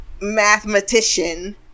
mathematician